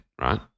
right